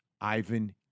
Ivan